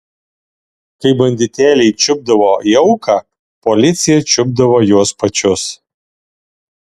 kai banditėliai čiupdavo jauką policija čiupdavo juos pačius